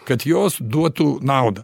kad jos duotų naudą